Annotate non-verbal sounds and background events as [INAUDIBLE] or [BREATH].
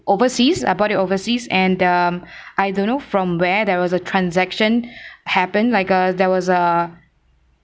overseas I bought it overseas and uh I don't know from where there was a transaction [BREATH] happened like uh there was a